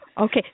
Okay